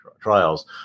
trials